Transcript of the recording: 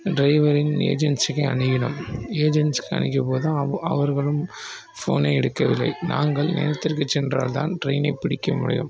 டிரைவரின் ஏஜென்சிக்கு அணுகினோம் ஏஜென்சிக்கு அணுகியபோதும் அவ் அவர்களும் ஃபோனை எடுக்கவில்லை நாங்கள் நேரத்திற்கு சென்றால்தான் டிரெயினை பிடிக்க முடியும்